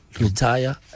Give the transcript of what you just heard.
retire